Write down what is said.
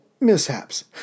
mishaps